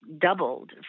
doubled